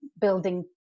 building